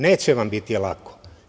Neće vam biti lako.